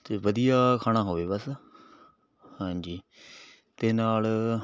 ਅਤੇ ਵਧੀਆ ਖਾਣਾ ਹੋਵੇ ਬਸ ਹਾਂਜੀ ਅਤੇ ਨਾਲ